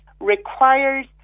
requires